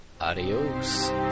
Adios